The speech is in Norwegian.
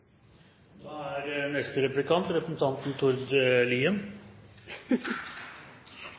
Da er neste